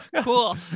cool